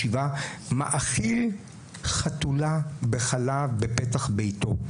מאכיל חתולה בחלב בפתח ביתו.